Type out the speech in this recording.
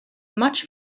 much